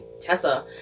Tessa